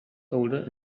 older